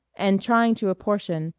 and trying to apportion,